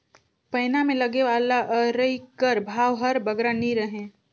पैना मे लगे वाला अरई कर भाव हर बगरा नी रहें